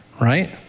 right